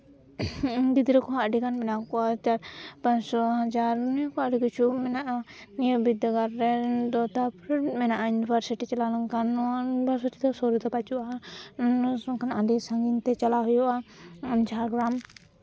ᱜᱤᱫᱽᱨᱟᱹ ᱠᱚᱦᱚᱸ ᱟᱹᱰᱤᱜᱟᱱ ᱢᱮᱱᱟᱜ ᱠᱚᱣᱟ ᱯᱟᱪᱥᱥᱳ ᱦᱟᱡᱟᱨ ᱱᱤᱭᱟᱹ ᱠᱚ ᱟᱹᱰᱤ ᱠᱤᱪᱷᱩ ᱢᱮᱱᱟᱜᱼᱟ ᱱᱤᱭᱟᱹ ᱵᱤᱫᱽᱫᱟᱹᱜᱟᱲ ᱨᱮᱱ ᱫᱚ ᱛᱟᱨᱯᱚᱨᱮ ᱢᱮᱱᱟᱜᱼᱟ ᱭᱩᱱᱤᱵᱷᱟᱨᱥᱤᱴᱤ ᱪᱟᱞᱟᱣ ᱞᱮᱱᱠᱷᱟᱱ ᱱᱚᱣᱟ ᱭᱩᱱᱤᱵᱷᱟᱨᱥᱤᱴᱤ ᱫᱚ ᱥᱩᱨ ᱨᱮᱫᱚ ᱵᱟᱹᱪᱩᱜᱼᱟ ᱟᱹᱰᱤ ᱥᱟᱺᱜᱤᱧ ᱛᱮ ᱪᱟᱞᱟᱜ ᱦᱩᱭᱩᱜᱼᱟ ᱡᱷᱟᱲᱜᱨᱟᱢ